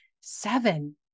seven